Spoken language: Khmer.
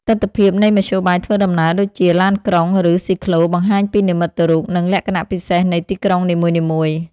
ទិដ្ឋភាពនៃមធ្យោបាយធ្វើដំណើរដូចជា ឡានក្រុង ឬស៊ីក្លូ បង្ហាញពីនិមិត្តរូប និងលក្ខណៈពិសេសនៃទីក្រុងនីមួយៗ។